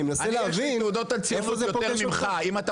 אני מנסה להבין איפה זה פוגש אותך.